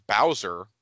Bowser